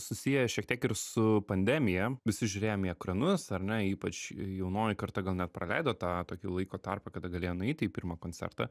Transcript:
susiję šiek tiek ir su pandemija visi žiūrėjom į ekranus ar ne ypač jaunoji karta gal net praleido tą tokį laiko tarpą kada galėjo nueiti į pirmą koncertą